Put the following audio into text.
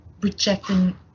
rejecting